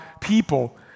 people